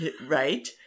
right